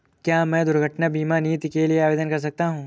क्या मैं दुर्घटना बीमा नीति के लिए आवेदन कर सकता हूँ?